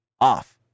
off